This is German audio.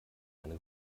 eine